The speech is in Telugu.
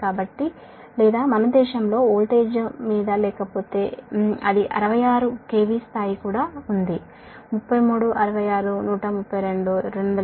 కాబట్టి లేదా మన దేశంలో వోల్టేజ్ లెవెల్ 66 KV గా ఉంది 33 66 132 మరియు 220 ఆ పైన కూడా